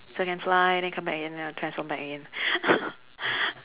so can fly then come back again and then I'll transform back again